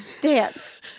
dance